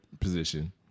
position